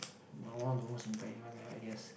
like one of the most impact in my life I guess